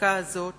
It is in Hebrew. והחקיקה הזאת